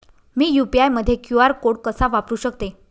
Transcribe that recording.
मी UPI मध्ये QR code कसा वापरु शकते?